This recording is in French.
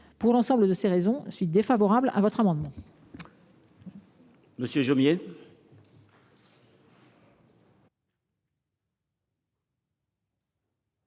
Pour l’ensemble de ces raisons, je suis défavorable à cet amendement.